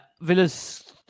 Villa's